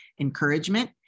encouragement